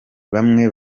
bamwe